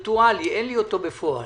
וריטואלי, אין לי אותו בפועל